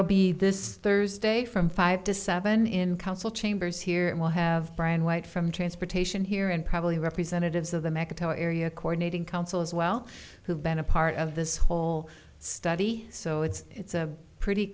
will be this thursday from five to seven in council chambers here and we'll have brian white from transportation here and probably representatives of the mexico area coordinating council as well who've been apart of this whole study so it's a pretty